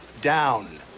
down